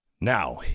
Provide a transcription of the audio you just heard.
Now